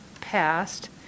passed